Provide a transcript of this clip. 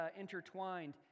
intertwined